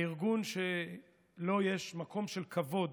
הארגון שלו יש מקום של כבוד